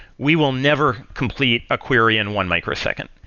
we will never complete a query in one microsecond,